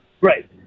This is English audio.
Right